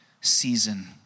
season